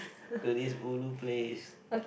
to this ulu place